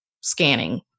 scanning